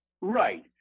right